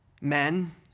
men